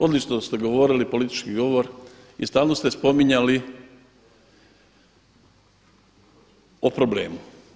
Odlično ste govorili politički govor i stalno ste spominjali o problemu.